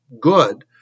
good